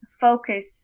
focus